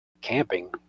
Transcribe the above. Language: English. camping